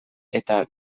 eta